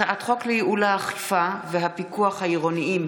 הצעת חוק לייעול האכיפה והפיקוח העירוניים